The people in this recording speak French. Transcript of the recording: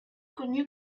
connu